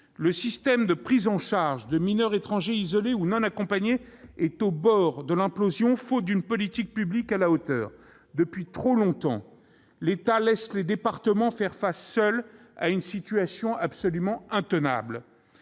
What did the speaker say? le système de prise en charge des mineurs étrangers isolés ou non accompagnés est au bord de l'implosion, faute d'une politique publique à la hauteur. Depuis trop longtemps, l'État laisse les départements faire face seuls à une situation intenable